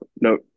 No